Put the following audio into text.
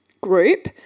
group